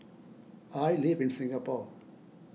I live in Singapore